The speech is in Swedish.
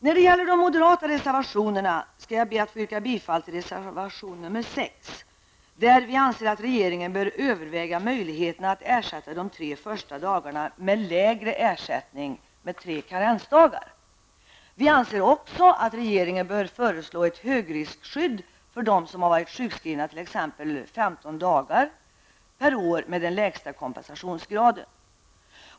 När det gäller de moderata reservationerna yrkar jag bifall till reservation 8, där vi skriver att regeringen bör överväga möjligheten att ersätta de tre första dagarna med lägre ersättning med tre karensdagar. Jag anser också att regeringen bör föreslå ett högriskskydd för dem som har varit sjukskrivna t.ex. femton dagar per år med den lägsta kompensationsgraden.